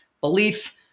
belief